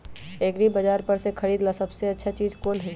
एग्रिबाजार पर से खरीदे ला सबसे अच्छा चीज कोन हई?